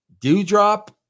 Dewdrop